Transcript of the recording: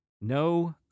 No